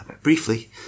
briefly